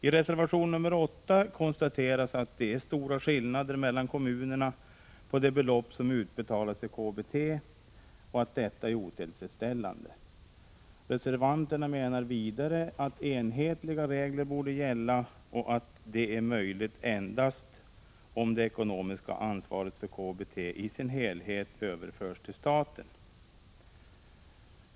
I reservation nr 8 konstateras att det är stora skillnader mellan kommunerna i fråga om de belopp som utbetalas i KBT och att detta är otillfredsställande. Vidare menar reservanterna att enhetliga regler borde gälla och att sådana endast kan genomföras om det ekonomiska ansvaret i KBT i sin helhet överförs till staten.